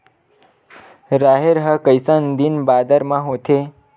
राहेर ह कइसन दिन बादर म होथे?